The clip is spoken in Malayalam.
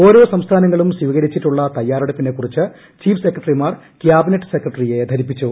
ഓരോ സംസ്ഥാനങ്ങളും സ്വീകരിച്ചിട്ടുള്ള തയ്യാറെടുപ്പിനെക്കുറിച്ച് ചീഫ് സെക്രട്ടറിമാർ കാബിനറ്റ് സെക്രട്ടറിയെ ധരിപ്പിച്ചു